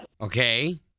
Okay